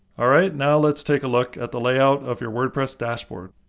alright, now, let's take a look at the layout of your wordpress dashboard.